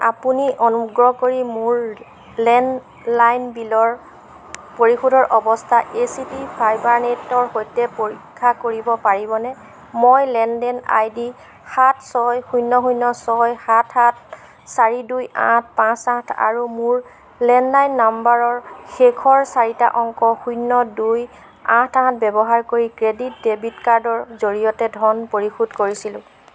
আপুনি অনুগ্ৰহ কৰি মোৰ লেনলাইন বিলৰ পৰিশোধৰ অৱস্থা এ চি পি ফাইবাৰ নেটৰ সৈতে পৰীক্ষা কৰিব পাৰিবনে মই লেনদেন আইডি সাত ছয় শূন্য় শূন্য় ছয় সাত সাত চাৰি দুই আঠ পাঁচ আঠ আৰু মোৰ লেনলাইন নাম্বৰৰ শেষৰ চাৰিটা অংক শূন্য় দুই আঠ আঠ ব্য়ৱহাৰ কৰি ক্ৰেডিট ডেবিট কাৰ্ডৰ জৰিয়তে ধন পৰিশোধ কৰিছিলোঁ